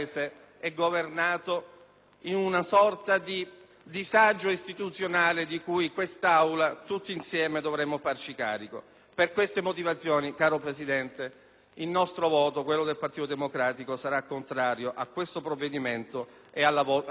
di una sorta di disagio istituzionale di cui in quest'Aula, tutti insieme, dovremo farci carico. Per queste motivazioni, caro Presidente, il voto del Partito Democratico sarà contrario a tale provvedimento ed alla fiducia richiesta.